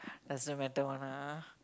doesn't matter one ah